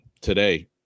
today